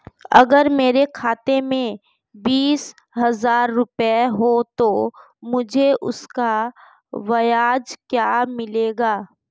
अगर मेरे खाते में बीस हज़ार रुपये हैं तो मुझे उसका ब्याज क्या मिलेगा?